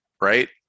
right